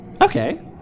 okay